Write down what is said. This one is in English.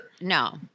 No